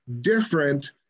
different